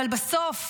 אבל בסוף,